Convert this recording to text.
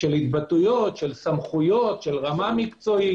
של התבטאויות, של סמכויות, של רמה מקצועית.